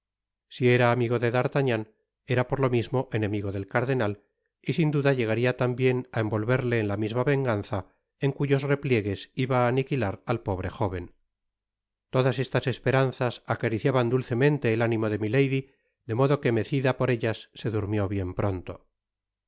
si era amigo de d'artagnan era por lo mismo enemigo del cardenal y sin duda llegaria tambien á envolverle en la misma venganza en cuyos repliegues iba á aniquilar al pobre jóven todas estas esperanzas acariciaban dulcemente el ánimo de milady de modo que mecida por ellas se durmió bien pronto